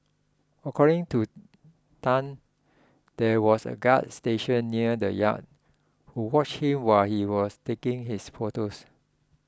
according to Tan there was a guard stationed near the yacht who watched him while he was taking his photos